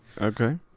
Okay